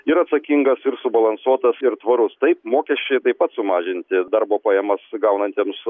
ir atsakingas ir subalansuotas ir tvarus taip mokesčiai taip pat sumažinti darbo pajamas gaunantiems